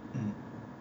um